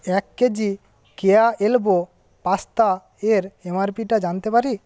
এক কেজি কেয়া এলবো পাস্তার এমআরপিটা জানতে পারি